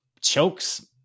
chokes